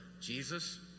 Jesus